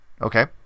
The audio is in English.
Okay